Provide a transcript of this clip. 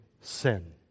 sin